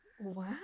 Wow